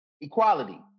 equality